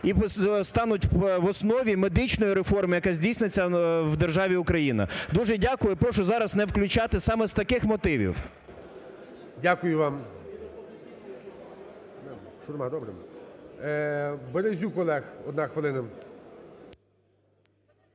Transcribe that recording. і стануть в основі медичної реформи, яка здійсниться в державі Україна. Дуже дякую і прошу зараз не включати саме з таких мотивів. ГОЛОВУЮЧИЙ. Дякую вам. Березюк Олег, одна хвилина.